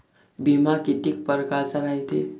बिमा कितीक परकारचा रायते?